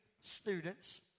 students